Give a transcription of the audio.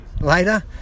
later